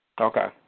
Okay